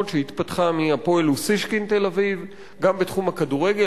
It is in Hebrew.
שהתפתחה מ"הפועל אוסישקין תל-אביב"; גם בתחום הכדורגל,